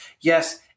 Yes